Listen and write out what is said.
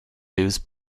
news